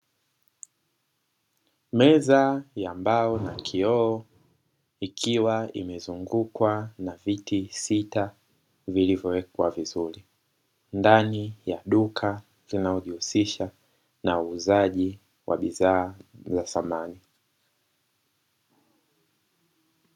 Meza ya mbao na kioo ikiwa imezungukwa na viti sita vilivyowekwa vizuri. Ndani ya duka linalojihusisha na uuzaji wa bidhaa za samani.